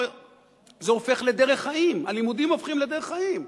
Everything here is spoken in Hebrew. זה הופך לדרך חיים, הלימודים הופכים לדרך חיים.